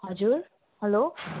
हजुर हेलो